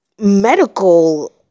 medical